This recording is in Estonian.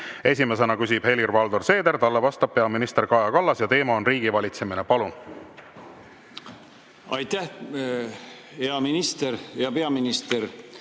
Esimesena küsib Helir-Valdor Seeder, talle vastab peaminister Kaja Kallas ja teema on riigivalitsemine. Palun! Aitäh! Hea peaminister!